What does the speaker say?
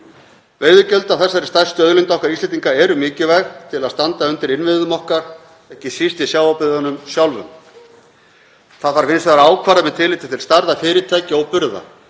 Veiðigjöld af þessari stærstu auðlind okkar Íslendinga eru mikilvæg til að standa undir innviðum okkar, ekki síst í sjávarbyggðunum sjálfum. Þau þarf hins vegar að ákvarða með tilliti til stærðar fyrirtækja og burða.